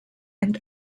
and